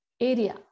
area